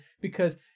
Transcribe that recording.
because-